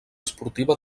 esportiva